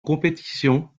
compétition